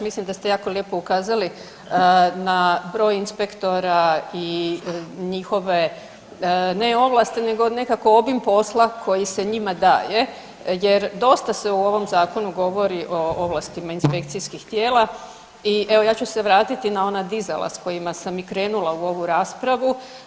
Mislim da ste jako lijepo ukazali na broj inspektora i njihove ne ovlasti, nego nekako obim posla koji se njima daje jer dosta se u ovom Zakonu govori o ovlastima inspekcijskih tijela i evo, ja ću se vratiti na ona dizela s kojima sam i krenula u ovu raspravu.